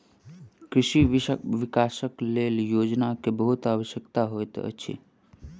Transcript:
कृषि विकासक लेल योजना के बहुत आवश्यकता होइत अछि